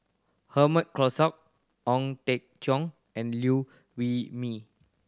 Herman Hochstadt Ong Teng Cheong and Liew Wee Mee